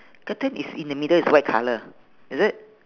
curtain is in the middle is white colour is it